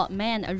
man